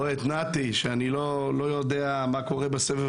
רואה את נתי שאני לא יודע מה קורה בסבב